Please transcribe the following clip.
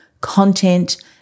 content